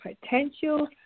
potential